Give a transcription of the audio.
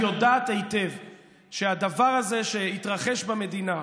שהדבר הזה שהתרחש במדינה,